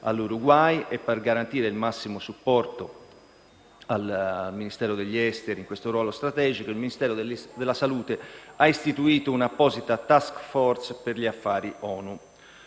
per garantire il massimo supporto al Ministero degli esteri in questo ruolo strategico, il Ministero della salute ha istituito una apposita *task force* per gli affari ONU.